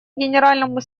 генеральному